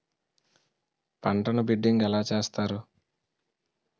పంటను బిడ్డింగ్ ఎలా చేస్తారు?